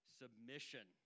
submission